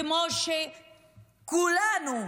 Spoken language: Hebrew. כמו שכולנו,